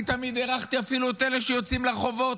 אני תמיד הערכתי אפילו את אלה שיוצאים לרחובות.